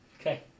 Okay